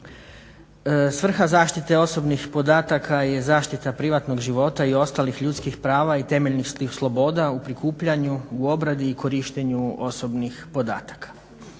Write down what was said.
Svrha zaštite osobnih podataka je zaštita privatnog života i ostalih ljudskih prava i temeljnih sloboda u prikupljanju, u obradi i korištenju osobnih podataka.